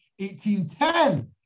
1810